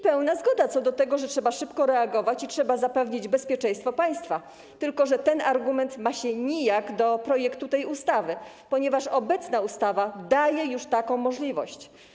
Pełna zgoda co do tego, że trzeba szybko reagować i trzeba zapewnić bezpieczeństwo państwa, tylko że ten argument ma się nijak do projektu tej ustawy, ponieważ obecna ustawa daje już taką możliwość.